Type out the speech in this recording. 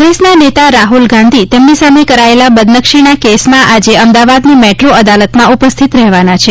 કોંગ્રેસના નેતા રાહુલ ગાંધી તેમની સામે કરાયેલા બદનક્ષીના કેસમાં આજે અમદાવાદની મેટ્રો અદાલતમાં ઉપસ્થિત રહેવાના છે